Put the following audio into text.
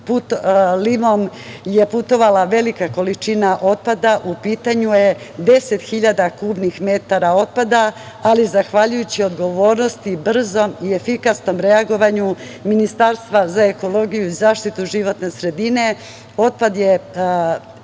putovala velika količina otpada u pitanju je 10 hiljada kubnih metara otpada, ali zahvaljujući odgovornosti, brzom i efikasnom reagovanju Ministarstva za ekologiju i zaštitu životne sredine, otpad je